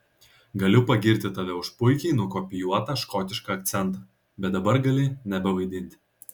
galiu pagirti tave už puikiai nukopijuotą škotišką akcentą bet dabar gali nebevaidinti